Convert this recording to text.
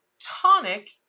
tonic